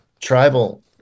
tribal